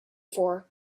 for